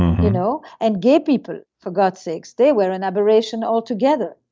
you know and gay people for god's sake they were an aberration altogether.